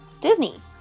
Disney